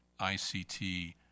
ICT